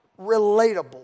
relatable